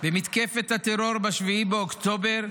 במתקפת הטרור ב-7 באוקטובר,